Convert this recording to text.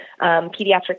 pediatric